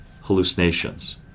hallucinations